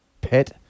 pet